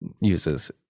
uses